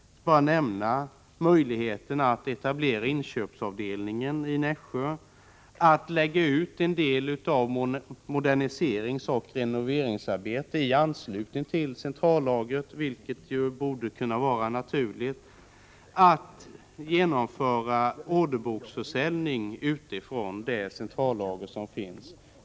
Jag vill bara nämna möjligheten att etablera inköpsavdelningen i Nässjö, att lägga ut en del av moderniseringsoch renoveringsarbetet i anslutning till centrallagret, vilket borde kunna vara naturligt, samt att genomföra orderboksförsäljning från det centrallager som finns.